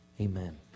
amen